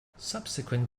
subsequent